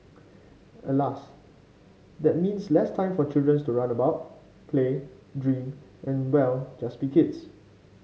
Alas that means less time for children to run about play dream and well just be kids